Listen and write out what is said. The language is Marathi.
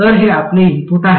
तर हे आपले इनपुट आहे